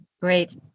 Great